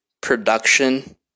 production